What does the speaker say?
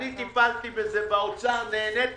אני טיפלתי בזה באוצר, נהניתי